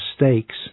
mistakes